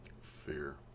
Fear